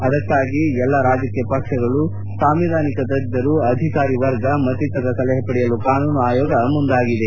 ಅದಕ್ಕಾಗಿ ಎಲ್ಲಾ ರಾಜಕೀಯ ಪಕ್ಷಗಳು ಸಾಂವಿಧಾನಿಕ ತಜ್ಞರು ಅಧಿಕಾರಿ ವರ್ಗ ಮತ್ತಿತರರ ಸೆಲಹೆ ಪಡೆಯಲು ಕಾನೂನು ಆಯೋಗ ಮುಂದಾಗಿದೆ